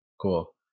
Cool